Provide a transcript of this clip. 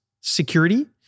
security